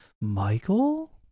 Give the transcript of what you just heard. Michael